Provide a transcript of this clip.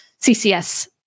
CCS